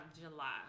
July